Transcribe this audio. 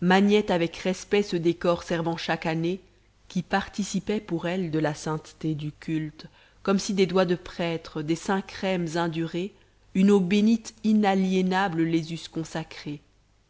maniait avec respect ce décor servant chaque année qui participait pour elle de la sainteté du culte comme si des doigts de prêtres des saints chrêmes indurés une eau bénite inaliénable les eussent consacrés